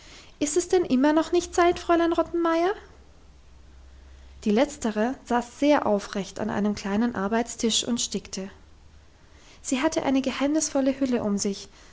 ist es denn immer noch nicht zeit fräulein rottenmeier die letztere saß sehr aufrecht an einem kleinen arbeitstisch und stickte sie hatte eine geheimnisvolle hülle um sich